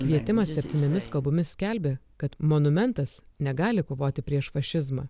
kvietimas septyniomis kalbomis skelbė kad monumentas negali kovoti prieš fašizmą